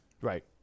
Right